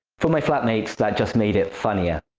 for my flatmates, that just made it funnier,